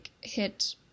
hit